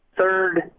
Third